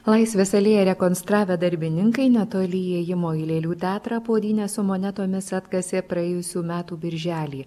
laisvės alėją rekonstravę darbininkai netoli įėjimo į lėlių teatrą puodynę su monetomis atkasė praėjusių metų birželį